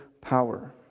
power